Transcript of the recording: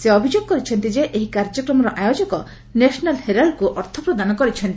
ସେ ଅଭିଯୋଗ କରିଛନ୍ତି ଯେ ଏହି କାର୍ଯ୍ୟକ୍ରମର ଆୟୋଜକ ନ୍ୟାସନାଲ୍ ହେରାଲ୍ଡକୁ ଅର୍ଥ ପ୍ରଦାନ କରିଛନ୍ତି